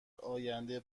آینده